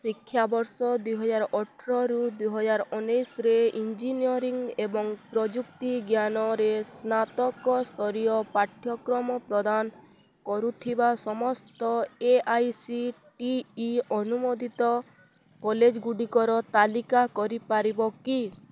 ଶିକ୍ଷାବର୍ଷ ଦୁଇ ହଜାର ଅଠର ଦୁଇ ଦଜାର ଉଣେଇଶିରେ ଇଞ୍ଜିନିୟରିଂ ଏବଂ ପ୍ରଯୁକ୍ତିଜ୍ଞାନରେ ସ୍ନାତକ ସ୍ତରୀୟ ପାଠ୍ୟକ୍ରମ ପ୍ରଦାନ କରୁଥିବା ସମସ୍ତ A I C T E ଅନୁମୋଦିତ କଲେଜ୍ଗୁଡ଼ିକର ତାଲିକା କରିପାରିବ କି